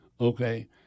okay